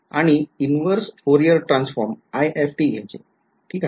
आणि inverse Fourier transform घ्यायचे ठीक आहे